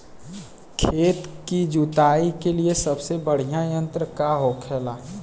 खेत की जुताई के लिए सबसे बढ़ियां यंत्र का होखेला?